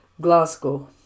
Glasgow